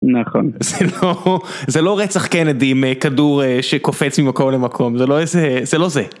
נכון, זה לא רצח קנדי עם כדור שקופץ ממקום למקום, זה לא זה.